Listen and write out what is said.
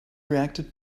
reacted